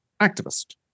activist